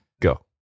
go